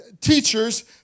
teachers